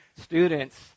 students